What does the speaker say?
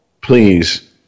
please